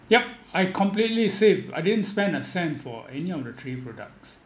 yup I completely save I didn't spend a cent for any of the three products